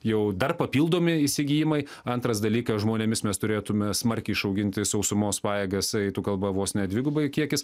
jau dar papildomi įsigijimai antras dalykas žmonėmis mes turėtume smarkiai išauginti sausumos pajėgas eitų kalba vos ne dvigubai kiekis